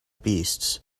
beasts